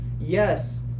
Yes